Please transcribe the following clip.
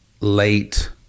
late